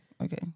Okay